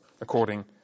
according